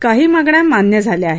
काही मागण्या मान्य झाल्या आहेत